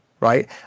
Right